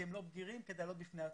כי הם לא בגירים כדי לעלות בפני עצמם.